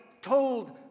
told